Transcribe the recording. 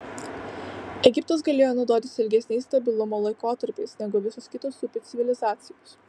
egiptas galėjo naudotis ilgesniais stabilumo laikotarpiais negu visos kitos upių civilizacijos